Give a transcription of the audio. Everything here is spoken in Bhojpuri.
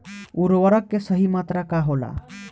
उर्वरक के सही मात्रा का होला?